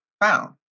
found